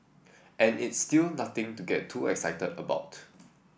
and it's still nothing to get too excited about